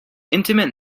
intimate